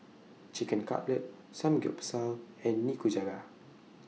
Chicken Cutlet Samgyeopsal and Nikujaga